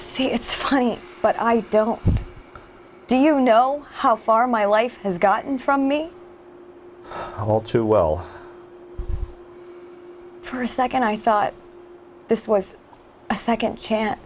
see it's funny but i don't do you know how far my life has gotten from me all too well for a second i thought this was a second chance